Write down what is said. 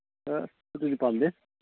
ꯑ ꯑꯗꯨꯗꯤ ꯄꯥꯝꯗꯦ